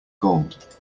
gold